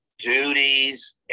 duties